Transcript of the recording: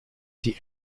die